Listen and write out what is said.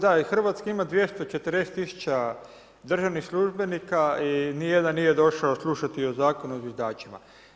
Da i Hrvatska ima 240 000 državnih službenika i nijedan nije došao slušati o Zakonu o zviždačima.